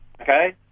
Okay